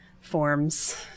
forms